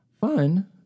Fun